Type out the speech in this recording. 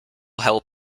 help